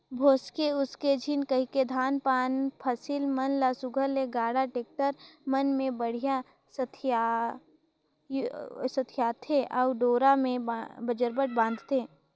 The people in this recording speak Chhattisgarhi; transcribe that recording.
भोसके उसके झिन कहिके धान पान फसिल मन ल सुग्घर ले गाड़ा, टेक्टर मन मे बड़िहा सथियाथे अउ डोरा मे बजरबट बांधथे